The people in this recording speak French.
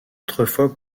autrefois